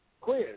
Quiz